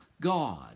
God